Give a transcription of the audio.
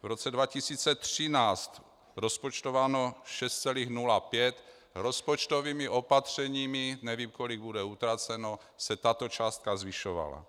V roce 2013 rozpočtováno 6,05, rozpočtovými opatřeními nevím kolik bude utraceno se tato částka zvyšovala.